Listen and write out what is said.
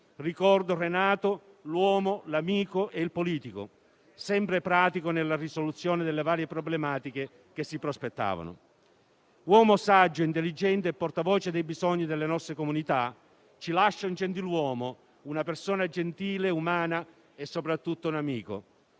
Ricordo Renato, l'uomo, l'amico e il politico, sempre pratico nella risoluzione delle varie problematiche che si prospettavano, uomo saggio, intelligente e portavoce dei bisogni delle nostre comunità. Ci lascia un gentiluomo, una persona gentile e umana, ma soprattutto un amico.